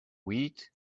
weed